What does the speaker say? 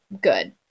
good